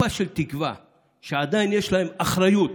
שעדיין יש להם אחריות